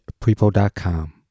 Prepo.com